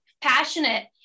passionate